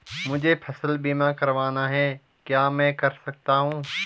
मुझे फसल बीमा करवाना है क्या मैं कर सकता हूँ?